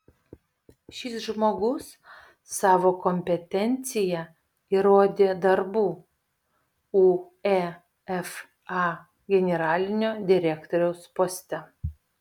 šis žmogus savo kompetenciją įrodė darbu uefa generalinio direktoriaus poste